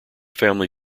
family